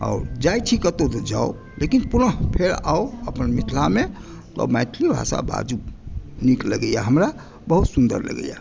आओर जाइत छी कतहुँ तऽ जाउ लेकिन पुनः फेर आउ मिथिलामे आ मैथिली भाषा बाजू नीक लगैया हमरा बहुत सुन्दर लगैया